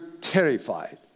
terrified